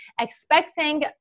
expecting